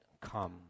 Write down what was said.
come